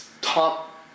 top